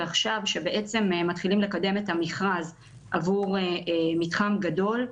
ועכשיו כשמתחילים לקדם את המכרז עבור מתחם גדול,